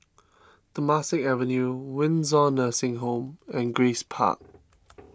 Temasek Avenue Windsor Nursing Home and Grace Park